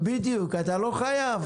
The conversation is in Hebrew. בדיוק, אתה לא חייב.